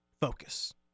focus